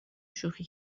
شوخی